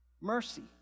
Mercy